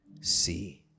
see